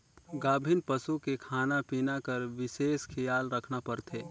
गाभिन पसू के खाना पिना कर बिसेस खियाल रखना परथे